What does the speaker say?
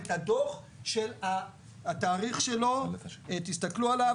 את הדוח שהתאריך שלו תסתכלו עליו